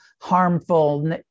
harmful